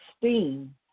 steam